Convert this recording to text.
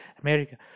America